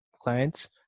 clients